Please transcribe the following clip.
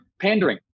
pandering